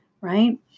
right